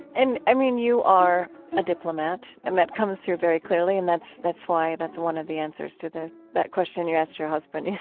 and, i mean, you are a diplomat, and that comes through very clearly. and that's, that's why, that's one of the answers to the, that question you asked your husband.